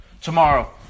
tomorrow